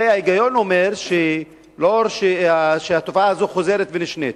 הרי ההיגיון אומר שמכיוון שהתופעה הזאת חוזרת ונשנית,